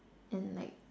and like